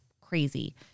crazy